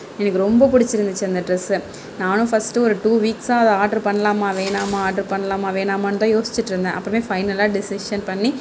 எனக்கு ரொம்ப பிடிச்சிருந்துச்சு அந்த ட்ரெஸ்ஸு நானும் ஃபஸ்ட்டு ஒரு டூ வீக்ஸாக ஆர்ட்ரு பண்ணலாமா வேணாமா ஆர்ட்ரு பண்ணலாமா வேணாமான்னுதான் யோசிட்டிருந்தேன் அப்புறமே ஃபைனலாக டிஸிஷன் பண்ணி